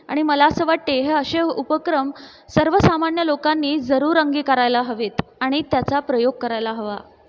आणि मला असं वाटते ते हे असे उपक्रम सर्वसामान्य लोकांनी जरूर अंगीकारायला हवेत आणि त्याचा प्रयोग करायला हवा